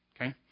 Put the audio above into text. Okay